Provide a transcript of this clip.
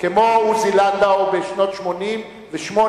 כמו עוזי לנדאו בשנות 1984,